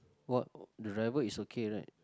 what the driver is okay right